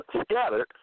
scattered